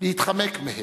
להתחמק מהם.